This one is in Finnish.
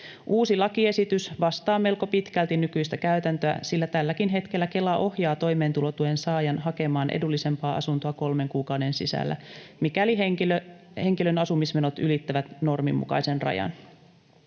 Uusi lakiesitys vastaa melko pitkälti nykyistä käytäntöä, sillä tälläkin hetkellä Kela ohjaa toimeentulotuen saajan hakemaan edullisempaa asuntoa kolmen kuukauden sisällä, mikäli henkilön asumismenot ylittävät normin mukaisen rajan.